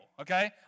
okay